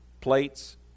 plates